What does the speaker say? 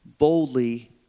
boldly